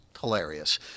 hilarious